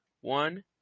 one